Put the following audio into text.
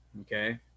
Okay